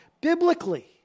biblically